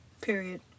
Period